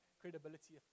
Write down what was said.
credibility